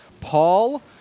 Paul